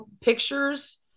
pictures